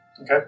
Okay